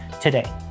today